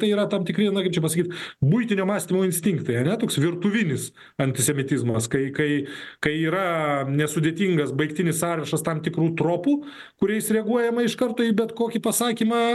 tai yra tam tikri na kaip čia pasakyt buitinio mąstymo instinktai ar ne toks virtuvinis antisemitizmas kai kai kai yra nesudėtingas baigtinis sąrašas tam tikrų tropų kuriais reaguojama iš karto į bet kokį pasakymą